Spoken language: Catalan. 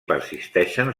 persisteixen